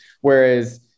Whereas